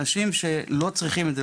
אנשים שלא צריכים את זה,